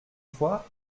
fois